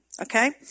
okay